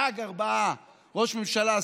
גג ארבעה: ראש הממשלה,